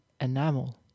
enamel